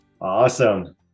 Awesome